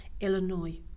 Illinois